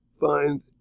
find